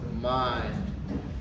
mind